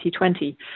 2020